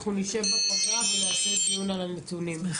אנחנו נשב בפגרה ונעשה דיון על הנתונים.